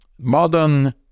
Modern